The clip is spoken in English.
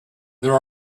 there